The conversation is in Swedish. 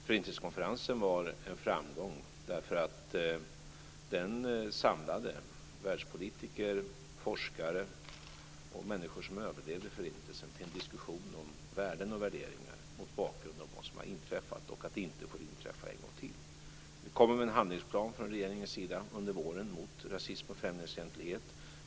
Förintelsekonferensen var en framgång därför att den samlade världspolitiker, forskare och människor som överlevde Förintelsen till en diskussion om värden och värderingar mot bakgrund av vad som har inträffat och att det inte får inträffa en gång till. Vi kommer med en handlingsplan från regeringens sida under våren mot rasism och främlingsfientlighet.